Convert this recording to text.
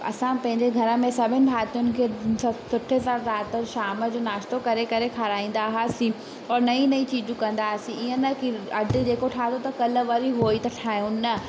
असां पंहिंजे घर में सभिनि भातियुनि खे सभु सुठे सां राति और शाम जो नाश्तो करे करे खाराईंदा हुआसीं और नयूं नयूं चीजूं कंदा हासि इअं न कि अडु जेको ठातो त काल्ह वरी उहो ई था ठाहियूं न